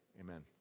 Amen